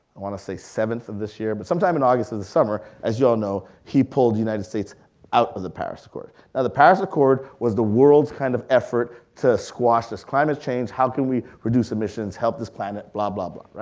i wanna say seventh of this year, but sometime in august in the summer, as y'all know he pulled united states out of the paris accord. now the paris accord was the world's kind of effort to squash this climate change. how can we reduce emissions, help this plant, blah, blah, blah.